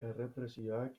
errepresioak